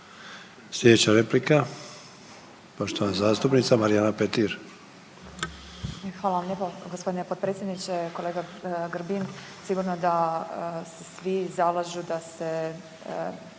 Sljedeća replika poštovana zastupnica Marijana Petir.